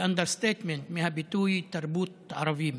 באנדרסטייטמנט, מהביטוי "תרבות ערבים",